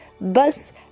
Bus